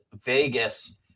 Vegas